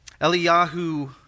Eliyahu